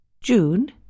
June